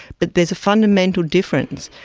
but there is a fundamental difference,